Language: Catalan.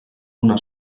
una